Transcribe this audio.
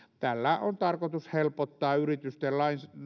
tällä on tarkoitus helpottaa yritysten